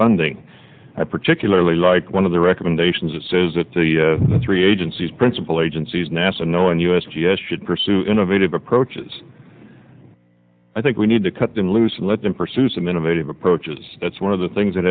funding i particularly like one of the commendations says that the three agencies principal agencies nasa know and u s g s should pursue innovative approaches i think we need to cut them loose let them pursue some innovative approaches that's one of the things that